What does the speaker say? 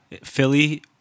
Philly